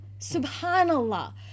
Subhanallah